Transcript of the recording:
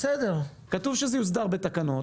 כתוב שזה יוסדר בתקנות.